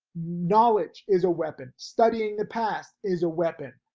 knowledge is a weapon, studying the past is a weapon,